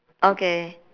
okay